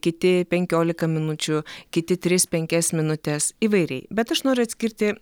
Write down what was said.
kiti penkiolika minučių kiti tris penkias minutes įvairiai bet aš noriu atskirti